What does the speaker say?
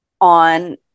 on